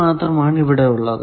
മാത്രമാണ് ഇവിടെ ഉള്ളത്